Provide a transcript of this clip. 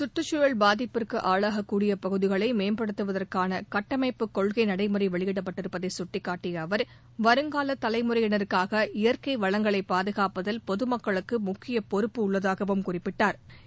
கற்றுச்சூழல் பாதிப்புக்கு ஆளாகக்கூடிய பகுதிகளை மேம்படுத்துவதற்கான கட்டமைப்பு கொள்கை நடைமுறை வெளியிடப்பட்டிருப்பதை சுட்டிக்காட்டிய அவர் வருங்கால தலைமுறையினருக்காக இயற்கை வளங்களை பாதுகாப்பதில் பொதுமக்களுக்கு முக்கிய பொறுப்பு உள்ளதாகவும் குறிப்பிட்டாா்